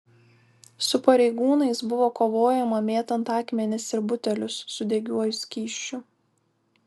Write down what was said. su pareigūnais buvo kovojama mėtant akmenis ir butelius su degiuoju skysčiu